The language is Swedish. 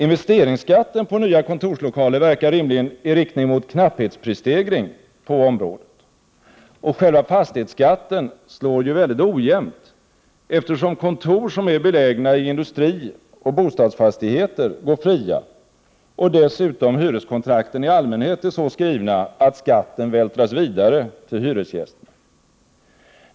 Investeringsskatten på nya kontorslokaler verkar rimligen i riktning mot en knapphetsprisstegring på området. Själva fastighetsskatten slår ju väldigt ojämnt, eftersom kontor som är belägna i industrioch bostadsfastigheter går fria och dessutom hyreskontrakten i allmänhet är så skrivna att skatten vältras vidare till hyresgästerna.